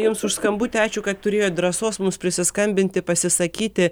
jums už skambutį ačiū kad turėjot drąsos mūsų prisiskambinti pasisakyti